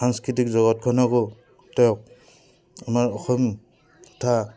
সাংস্কৃতিক জগতখনকো তেওঁ আমাৰ অসম তথা